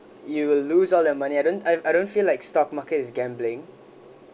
you will lose all your money I don't I've I don't feel like stock market is gambling